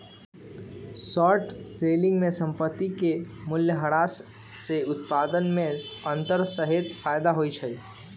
short selling में संपत्ति के मूल्यह्रास से उत्पन्न में अंतर सेहेय फयदा होइ छइ